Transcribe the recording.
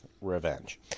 revenge